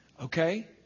Okay